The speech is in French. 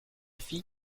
fille